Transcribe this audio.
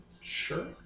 Sure